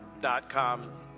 dot-com